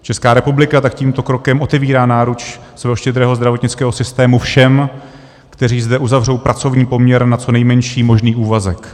Česká republika tak tímto krokem otevírá náruč svého štědrého zdravotnického systému všem, kteří zde uzavřou pracovní poměr na co nejmenší možný úvazek.